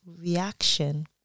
reaction